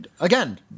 Again